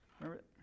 Remember